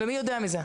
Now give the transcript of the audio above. ומי יודע מזה?